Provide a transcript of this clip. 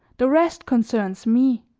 the rest concerns me